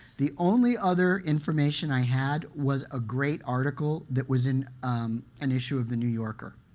the only other information i had was a great article that was in an issue of the new yorker.